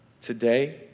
Today